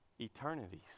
Eternities